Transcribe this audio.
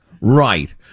right